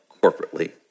corporately